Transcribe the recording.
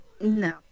No